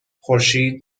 خورشید